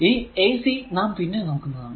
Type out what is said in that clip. ഈ ac നാം പിന്നെ നോക്കുന്നതാണ്